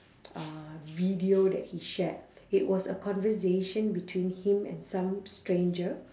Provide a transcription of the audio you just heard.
uh video that he shared it was a conversation between him and some stranger